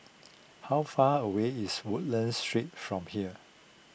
how far away is Woodlands Street from here